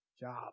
job